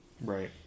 Right